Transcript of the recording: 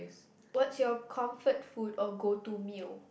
what's your comfort food or go to meal